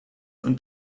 und